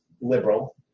liberal